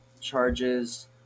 charges